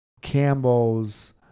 Campbell's